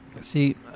see